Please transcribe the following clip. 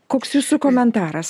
koks jūsų komentaras